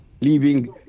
leaving